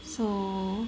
so